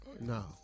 No